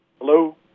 Hello